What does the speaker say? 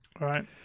right